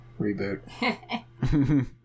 reboot